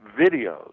videos